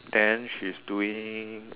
then she's doing